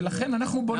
ולכן אנחנו בונים אותו.